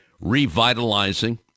revitalizing